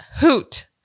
hoot